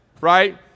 Right